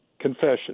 confession